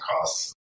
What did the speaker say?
costs